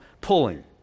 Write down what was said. pulling